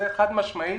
זה חד משמעי